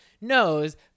knows